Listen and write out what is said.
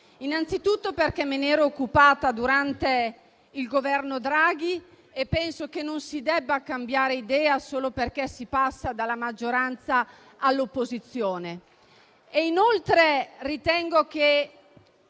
innanzitutto, perché me ne ero occupata durante il Governo Draghi e penso che non si debba cambiare idea solo perché si passa dalla maggioranza all'opposizione.